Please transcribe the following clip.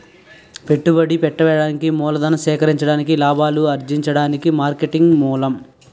పెట్టుబడి పెట్టడానికి మూలధనం సేకరించడానికి లాభాలు అర్జించడానికి మార్కెటింగే మూలం